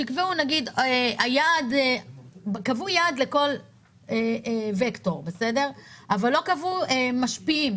קבעו יעד לכל וקטור, אבל לא קבעו משפיעים.